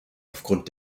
aufgrund